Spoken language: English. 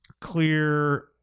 clear